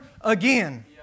again